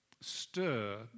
stir